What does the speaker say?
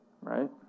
Right